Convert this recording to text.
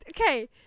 okay